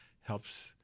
helps